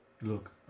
look